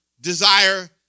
desire